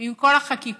ועם כל החקיקות